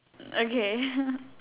okay